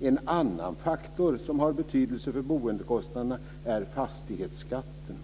"En annan faktor som har betydelse för boendekostnaderna är fastighetsskatten."